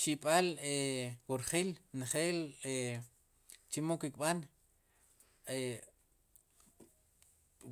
Xib'al e wu rjil njel e chimo ke kb'an e